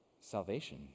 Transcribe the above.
Salvation